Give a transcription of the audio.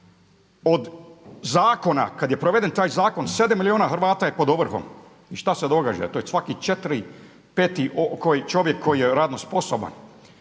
Od zakona kad je proveden taj zakon 7 milijuna Hrvata je pod ovrhom. I šta se događa? To je svaki četiri, peti čovjek koji je radno sposoban.